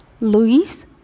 Louis